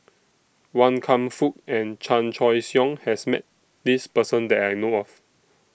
Wan Kam Fook and Chan Choy Siong has Met This Person that I know of